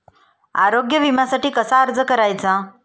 आरोग्य विम्यासाठी कसा अर्ज करायचा?